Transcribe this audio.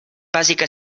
bàsica